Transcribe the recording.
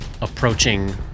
approaching